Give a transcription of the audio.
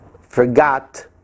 forgot